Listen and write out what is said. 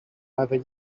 either